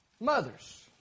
mothers